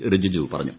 റിജിജു പറഞ്ഞു